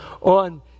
on